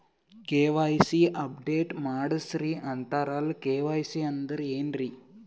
KYC update ಮಾಡಸ್ರೀ ಅಂತರಲ್ಲ KYC ಅಂದ್ರ ಏನ್ರೀ?